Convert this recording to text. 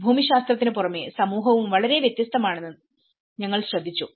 ഭൂമിശാസ്ത്രത്തിന് പുറമേ സമൂഹവും വളരെ വ്യത്യസ്തമാണെന്ന് ഞങ്ങൾ ശ്രദ്ധിച്ചു